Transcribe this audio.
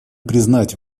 признать